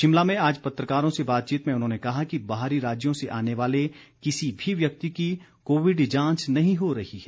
शिमला में आज पत्रकारों से बातचीत में उन्होंने कहा कि बाहरी राज्यों से आने वाले किसी भी व्यक्ति की कोविड जांच नहीं हो रही है